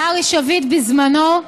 לארי שביט, בזמנו.